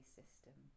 system